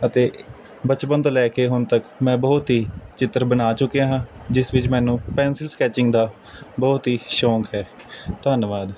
ਅਤੇ ਬਚਪਨ ਤੋਂ ਲੈ ਕੇ ਹੁਣ ਤੱਕ ਮੈਂ ਬਹੁਤ ਹੀ ਚਿੱਤਰ ਬਣਾ ਚੁੱਕਿਆ ਹਾਂ ਜਿਸ ਵਿੱਚ ਮੈਨੂੰ ਪੈਂਸਿਲ ਸਕੈਚਿੰਗ ਦਾ ਬਹੁਤ ਹੀ ਸ਼ੌਕ ਹੈ ਧੰਨਵਾਦ